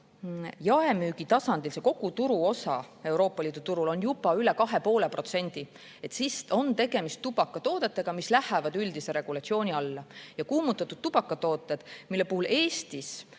jaemüügi tasandil selle kogu turuosa Euroopa Liidu turul on juba üle 2,5%, siis on tegemist tubakatootega, mis läheb üldise regulatsiooni alla. Kuumutatud tubakatoodete [kasutus] Eestis